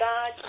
God